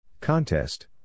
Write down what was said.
Contest